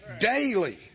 Daily